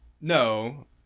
No